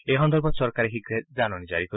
এই সন্দৰ্ভত চৰকাৰে শীঘে জাননী জাৰি কৰিব